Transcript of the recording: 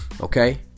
Okay